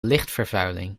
lichtvervuiling